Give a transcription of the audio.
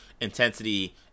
intensity